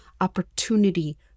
opportunity